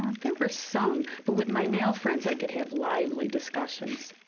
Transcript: ah there were some, but with my male friends, i could have lively discussions.